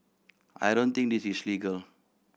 I don't think this is legal